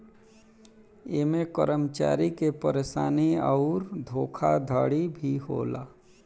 ऐमे कर्मचारी के परेशानी अउर धोखाधड़ी भी होला